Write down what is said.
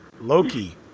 Loki